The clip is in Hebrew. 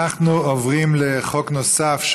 אנחנו עוברים לחוק נוסף,